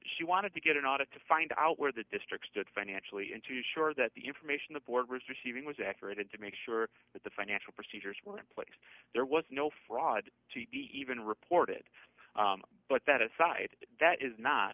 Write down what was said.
she wanted to get an audit to find out where the district stood financially into sure that the information the board was receiving was accurate and to make sure that the financial procedures were in place there was no fraud to be even reported but that aside that is not